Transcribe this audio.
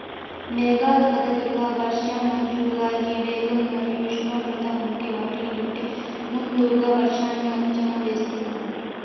మేఘాల కదలిక, వర్షం, మంచు, గాలి వేగం మరియు ఉష్ణోగ్రత వంటి వాటిని బట్టి ముందుగా వర్షాన్ని అంచనా వేస్తున్నారు